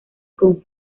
con